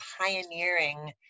pioneering